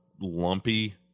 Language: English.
lumpy